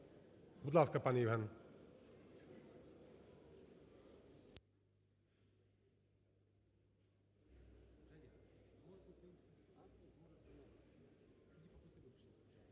Будь ласка, пане Євген.